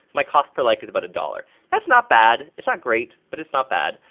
my cost per like is about a dollar that's not bad, it's not great, but it's not bad,